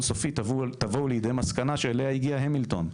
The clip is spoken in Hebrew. סופי תבואו לידי מסקנה שאליה הגיע המילטון.